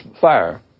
fire